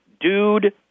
dude